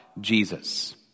Jesus